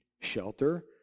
shelter